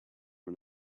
and